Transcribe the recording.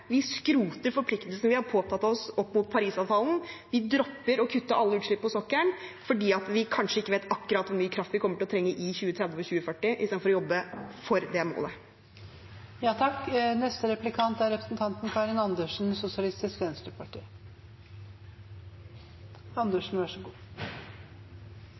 vi skroter forpliktelsene vi har påtatt oss opp mot Parisavtalen, vi dropper å kutte alle utslipp på sokkelen – fordi vi kanskje ikke vet akkurat hvor mye kraft vi kommer til å trenge i 2030 og 2040 – istedenfor å jobbe for det målet.